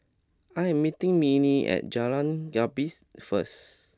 I am meeting Minnie at Jalan Gapis first